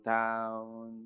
town